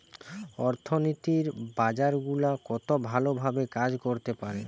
অর্থনীতির বাজার গুলা কত ভালো ভাবে কাজ করতে পারে